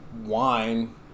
wine